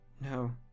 No